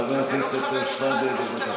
חבר הכנסת שחאדה, בבקשה.